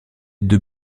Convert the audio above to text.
deux